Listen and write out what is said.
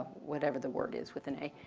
whatever the word is with an a,